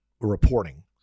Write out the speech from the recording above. reporting